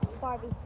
Barbie